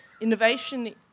innovation